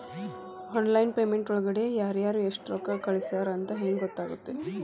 Online payment ಒಳಗಡೆ ಯಾರ್ಯಾರು ಎಷ್ಟು ರೊಕ್ಕ ಕಳಿಸ್ಯಾರ ಅಂತ ಹೆಂಗ್ ಗೊತ್ತಾಗುತ್ತೆ?